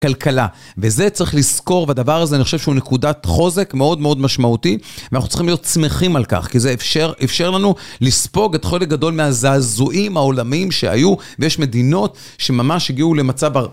כלכלה, וזה צריך לזכור, והדבר הזה אני חושב שהוא נקודת חוזק מאוד מאוד משמעותית, ואנחנו צריכים להיות שמחים על כך, כי זה אפשר לנו לספוג את חלק גדול מהזעזועים העולמים שהיו, ויש מדינות שממש הגיעו למצב הר...